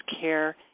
care